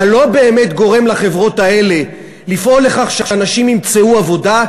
אתה לא באמת גורם לחברות האלה לפעול לכך שאנשים ימצאו עבודה,